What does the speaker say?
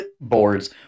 Boards